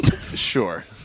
Sure